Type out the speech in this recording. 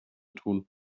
tun